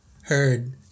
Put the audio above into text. heard